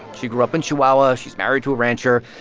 she grew up in chihuahua. she's married to a rancher.